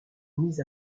mis